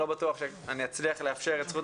אני לא בטוח שאני אצליח לאפשר את זכות